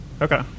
okay